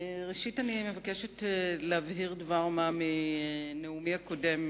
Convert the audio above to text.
ראשית אני מבקשת להבהיר דבר מה בנאומי הקודם,